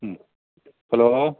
മ്മ് hello